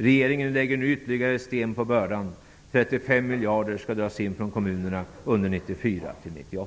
Regeringen lägger nu ytterligare sten på börda: 35 miljarder skall dras in från kommunerna under perioden 1994--1998.